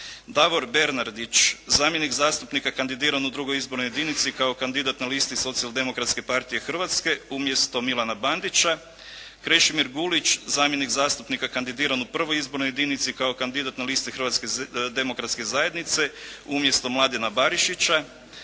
Davor Bernardić zamjenik zastupnika kandidiran u II. izbornoj jedinici kao kandidat na listi Socijaldemokratske partije Hrvatske umjesto Milana Bandića, Krešimir Gulić zamjenik zastupnika kandidiran u I. izbornoj jedinici kao kandidat na listi Hrvatske demokratske zajednice umjesto Mladena Barišića,